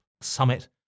summit